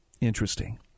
Interesting